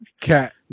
Cat